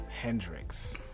Hendrix